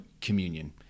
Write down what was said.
communion